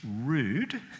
rude